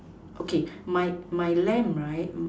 okay my my length right